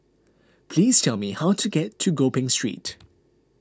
please tell me how to get to Gopeng Street